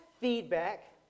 feedback